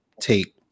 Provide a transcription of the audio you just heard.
take